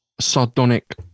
sardonic